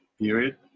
period